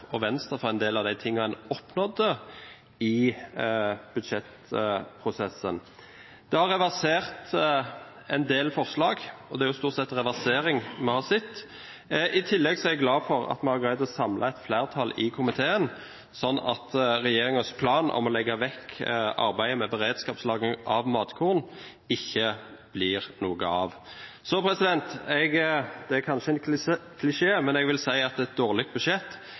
og Venstre ros for en del av de tingene en oppnådde i budsjettprosessen. Det har reversert en del forslag – og det er jo stort sett reversering vi har sett. I tillegg er jeg glad for at vi har greid å samle et flertall i komiteen, slik at regjeringens plan om å legge vekk arbeidet med beredskapslagring av matkorn ikke blir noe av. Det er kanskje en klisjé, men jeg vil si at et dårlig budsjett